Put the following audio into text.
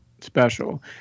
special